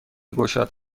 گشاد